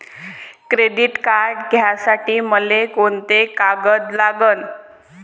Credit card घ्यासाठी मले कोंते कागद लागन?